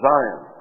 Zion